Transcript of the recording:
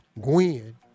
Gwen